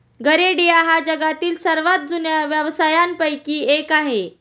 गरेडिया हा जगातील सर्वात जुन्या व्यवसायांपैकी एक आहे